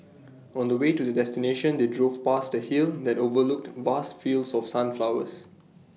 on the way to the destination they drove past A hill that overlooked vast fields of sunflowers